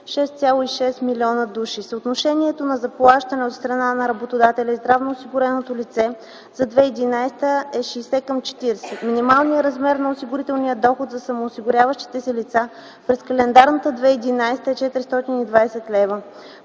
Минималният размер на осигурителния доход за самоосигуряващите се лица през календарната 2011 г. е 420 лв.